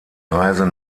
reise